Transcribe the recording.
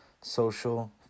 social